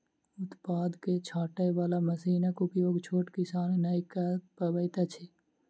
उत्पाद के छाँटय बाला मशीनक उपयोग छोट किसान नै कअ पबैत अछि